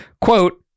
Quote